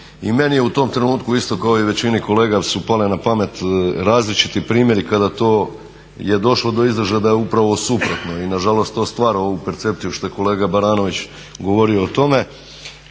I meni je u tom trenutku isto kao i većini kolega su pale na pamet različiti primjeri kada je to došlo do izražaja da je upravo suprotno. I nažalost to stvar ovu percepciju što je kolega Baranović govorio o tome